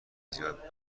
زیاد